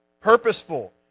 purposeful